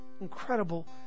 incredible